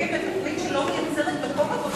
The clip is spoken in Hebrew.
מיליארד וחצי שקלים לתוכנית שלא מייצרת מקום עבודה אחד?